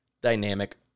dynamic